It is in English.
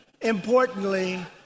importantly